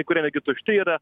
kai kurie netgi tušti yra